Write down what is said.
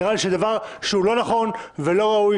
נראה שזה דבר לא נכון ולא ראוי,